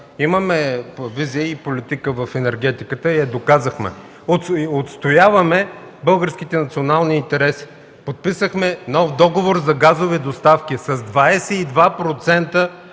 имаме визия и политика в енергетиката и я доказахме. Отстояваме българските национални интереси. Подписахме нов договор за газови доставки – с 22%